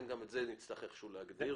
גם את זה נצטרך איכשהו להגדיר.